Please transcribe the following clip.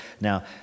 Now